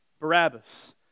Barabbas